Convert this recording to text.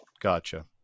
Gotcha